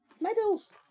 Medals